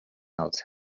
else